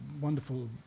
wonderful